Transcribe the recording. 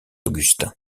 augustin